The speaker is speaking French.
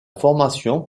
formation